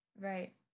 Right